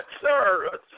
sir